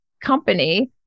company